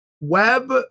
web